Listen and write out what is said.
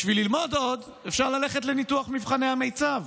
בשביל ללמוד עוד אפשר ללכת לניתוח מבחני המיצ"ב,